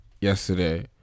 yesterday